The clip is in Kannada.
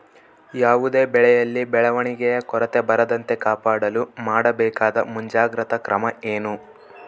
ಯಾವುದೇ ಬೆಳೆಯಲ್ಲಿ ಬೆಳವಣಿಗೆಯ ಕೊರತೆ ಬರದಂತೆ ಕಾಪಾಡಲು ಮಾಡಬೇಕಾದ ಮುಂಜಾಗ್ರತಾ ಕ್ರಮ ಏನು?